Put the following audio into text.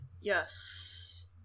yes